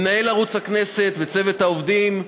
למנהל ערוץ הכנסת וצוות העובדים,